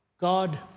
God